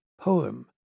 poem